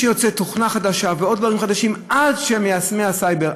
שיוצאת תוכנה חדשה ועוד דברים חדשים עד שמיישמי הסייבר,